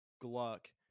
Gluck